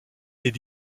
des